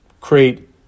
create